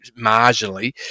marginally